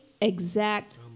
exact